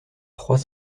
trois